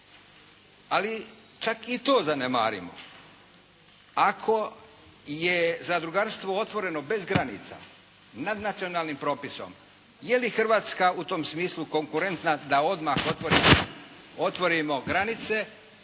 Čak i to zanemarimo. Ako je zadrugarstvo otvoreno bez granica nadnacionalnim propisom, je li Hrvatska u tom smislu konkurentna da odmah otvorimo granice